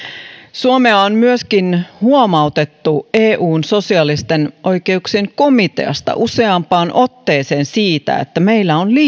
suomea on myöskin huomautettu eun sosiaalisten oikeuksien komiteasta useampaan otteeseen siitä että meillä on liian